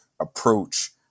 approach